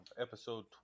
episode